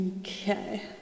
Okay